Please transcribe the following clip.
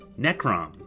necrom